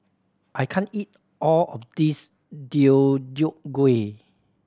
I can't eat all of this Deodeok Gui